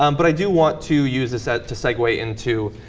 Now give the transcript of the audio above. um but i do want to use a set to segue into